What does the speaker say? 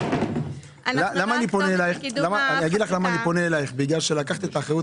אני פונה אליך מכיוון שלקחת על זה אחריות